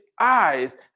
eyes